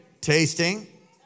tasting